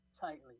tightly